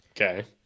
Okay